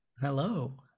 Hello